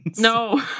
No